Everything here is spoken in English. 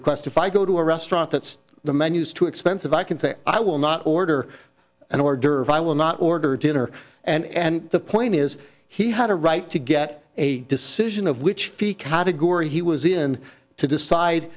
request if i go to a restaurant that's the menus too expensive i can say i will not order an order if i will not order dinner and the point is he had a right to get a decision of which fee category he was in to decide